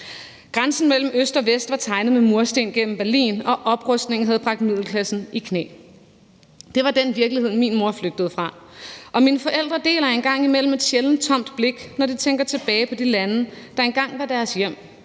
Grænsen mellem øst og vest var tegnet med mursten gennem Berlin, og oprustningen havde bragt middelklassen i knæ. Det var den virkelighed, min mor flygtede fra. Og mine forældre deler en gang imellem et sjældent tomt blik, når de tænker tilbage på de lande, der engang var deres hjem,